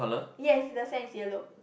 yes the sand is yellow